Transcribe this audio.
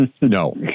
No